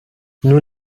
nous